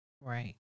Right